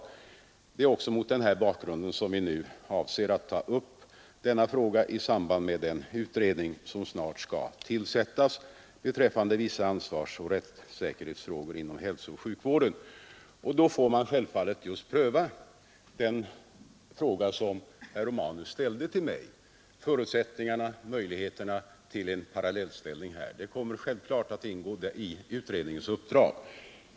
Det är också mot den bakgrunden som vi avser att ta upp denna fråga i samband med den utredning som snart skall tillsättas beträffande ansvarsoch rättssäkerhetsfrågor inom hälsooch sjukvården. Då får man självfallet pröva just den fråga som herr Romanus ställde till mig. Förutsättningarna för och möjligheterna att få till stånd likartade bestämmelser på detta område inom den offentliga och privata sjukvården kommer självklart att ingå i utredningens uppdrag.